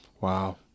Wow